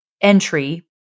entry